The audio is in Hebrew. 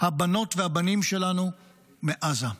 הבנות והבנים שלנו מעזה.